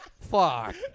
Fuck